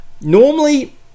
Normally